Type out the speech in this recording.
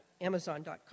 Amazon.com